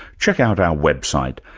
check out our website.